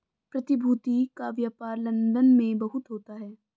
प्रतिभूति का व्यापार लन्दन में बहुत होता है